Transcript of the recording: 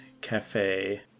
cafe